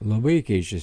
labai keičiasi